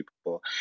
people